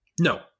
No